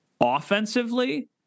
offensively